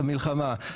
והמלחמה.